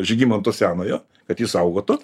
žygimanto senojo kad jį saugotų